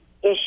issue